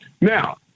Now